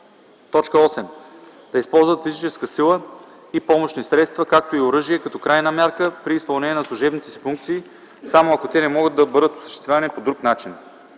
армия; 8. да използват физическа сила и помощни средства, както и оръжие като крайна мярка при изпълнение на служебните си функции, само ако те не могат да бъдат осъществени по друг начин;